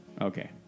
okay